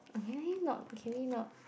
I really not can we not